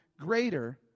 greater